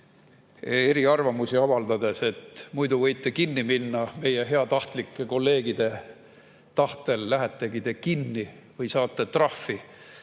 eriarvamusi avaldades. Muidu võite kinni minna. Meie heatahtlike kolleegide tahtel lähetegi te kinni või saate trahvi.